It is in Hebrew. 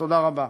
תודה רבה.